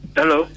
Hello